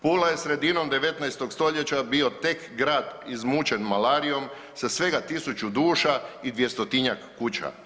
Pula je sredinom 19. stoljeća bio tek grad izmučen malarijom sa svega tisuću duša i 200-njak kuća.